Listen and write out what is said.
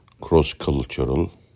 cross-cultural